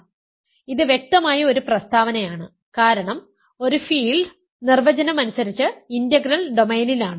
അതിനാൽ ഇത് വ്യക്തമായ ഒരു പ്രസ്താവനയാണ് കാരണം ഒരു ഫീൽഡ് നിർവചനം അനുസരിച്ച് ഇന്റഗ്രൽ ഡൊമെയ്നിലാണ്